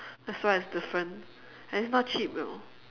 that's why it's different and it's not cheap you know